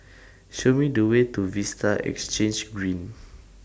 Show Me The Way to Vista Exhange Green